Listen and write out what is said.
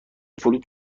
فلوت